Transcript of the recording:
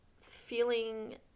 feeling